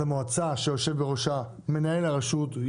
אז המועצה שיושב בראשה מנהל הרשות היא